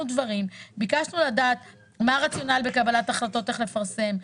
שאלנו דברים וביקשנו לדעת מה הרציונל בקבלת ההחלטות לפרסם,